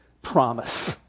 promise